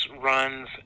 runs